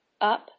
up